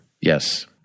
Yes